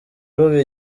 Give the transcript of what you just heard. ruba